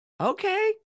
Okay